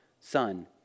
Son